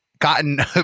gotten